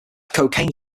cocaine